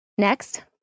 Next